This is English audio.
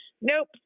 nope